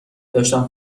داشتم